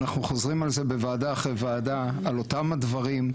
אנחנו חוזרים על זה בוועדה אחרי ועדה על אותם הדברים,